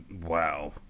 Wow